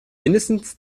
mindestens